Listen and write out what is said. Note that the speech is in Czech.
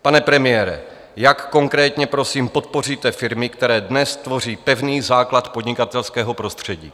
Pane premiére, jak konkrétně, prosím, podpoříte firmy, které dnes tvoří pevný základ podnikatelského prostředí?